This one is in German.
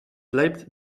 bleibt